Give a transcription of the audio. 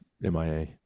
MIA